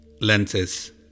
lenses